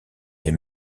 les